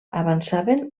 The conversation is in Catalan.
avançaven